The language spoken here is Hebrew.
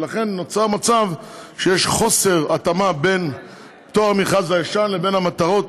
ולכן נוצר מצב שיש חוסר התאמה בין פטור המכרז הישן לבין המטרות